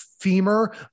femur